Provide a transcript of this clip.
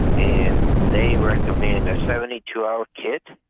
and they recommend a seventy two hour kit,